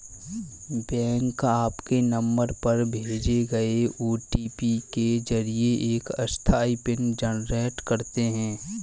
bank आपके number पर भेजे गए ओ.टी.पी के जरिए एक अस्थायी पिन जनरेट करते हैं